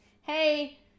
Hey